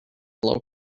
low